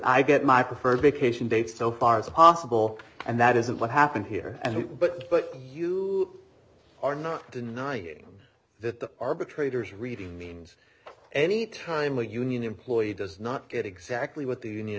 i get my preferred vacation dates so far as possible and that isn't what happened here and what but you are not denying that the arbitrators reading means any time a union employee does not get exactly what the union